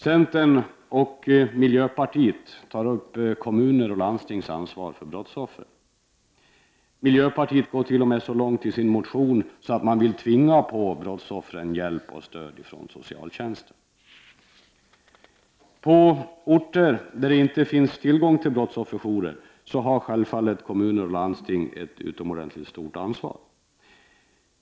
Centern och miljöpartiet tar upp kommuners och landstings ansvar för brottsoffren. Miljöpartiet går t.o.m. så långt i sin motion att de vill tvinga på brottsoffren hjälp och stöd från socialtjänsten. På orter där det inte finns tillgång till brottsofferjourer har självfallet kommuner och landsting ett utomordentligt stort ansvar.